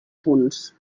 punts